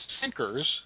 sinkers